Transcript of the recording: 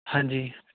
ਹਾਂਜੀ